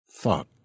thought